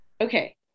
Okay